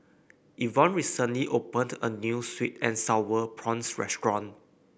Evonne recently opened a new sweet and sour prawns restaurant